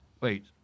wait